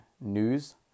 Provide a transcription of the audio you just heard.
news